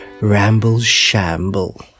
ramble-shamble